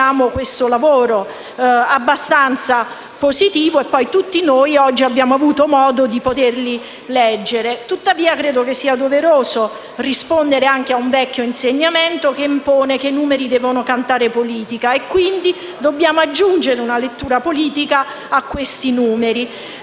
consideriamo questo lavoro abbastanza positivo. Tutti noi oggi abbiamo avuto modo di poterli leggere. Tuttavia credo sia doveroso rispondere anche ad un vecchio insegnamento che impone che i numeri devono cantare politica, quindi dobbiamo aggiungere una lettura politica a questi numeri.